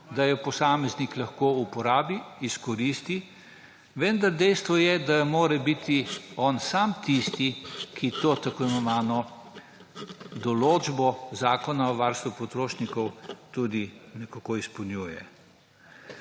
ki jo posameznik že lahko uporabi, izkoristi, vendar dejstvo je, da mora biti on sam tisti, ki to tako imenovano določbo Zakona o varstvu potrošnikov tudi nekako izpolnjuje